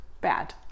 bad